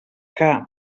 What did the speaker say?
que